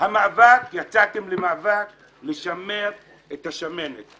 יצאתם למאבק לשמר את השמנת.